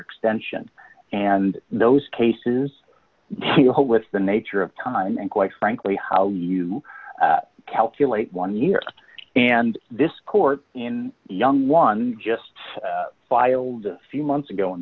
extension and those cases here hold with the nature of time and quite frankly how you calculate one year and this court in young one just filed a few months ago in